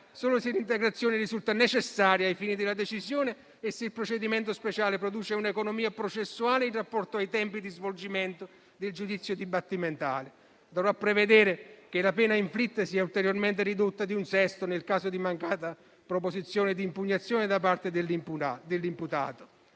solo se l'integrazione risulta necessaria ai fini della decisione e se il procedimento speciale produce un'economia processuale in rapporto ai tempi di svolgimento del giudizio dibattimentale. Dovrà prevedere che la pena inflitta sia ulteriormente ridotta di un sesto nel caso di mancata proposizione di impugnazione da parte dell'imputato.